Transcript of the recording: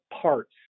parts